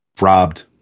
robbed